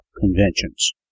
conventions